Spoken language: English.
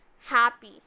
happy